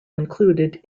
included